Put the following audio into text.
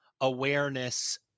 awareness